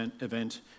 event